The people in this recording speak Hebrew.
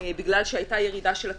בגלל שהייתה ירידה של התחלואה,